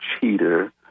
cheater